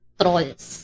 trolls